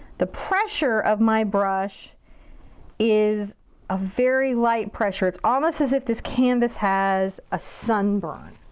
the pressure of my brush is a very light pressure. it's almost as if this canvas has a sunburn.